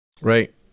Right